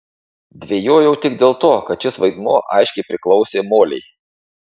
dvejojau tik dėl to kad šis vaidmuo aiškiai priklausė molei